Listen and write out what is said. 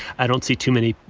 i don't see too many.